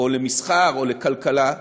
למסחר או לכלכלה,